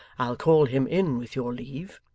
i'll call him in, with your leave